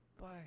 bye